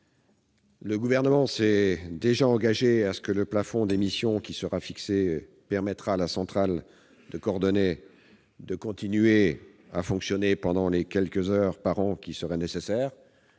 Le Gouvernement s'est déjà engagé à ce que le plafond d'émission qui sera fixé permette à la centrale de Cordemais de continuer à fonctionner pendant les quelques heures par an qui seraient nécessaires,